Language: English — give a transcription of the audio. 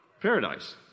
Paradise